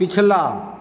पिछला